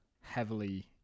heavily